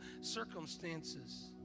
circumstances